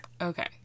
Okay